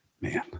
Man